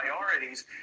priorities